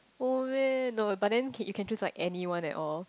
oh man no but then okay you can choose like anyone at all